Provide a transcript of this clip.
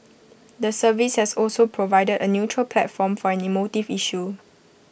the service has also provided A neutral platform for an emotive issue